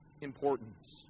importance